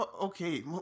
okay